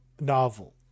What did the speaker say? novel